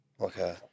okay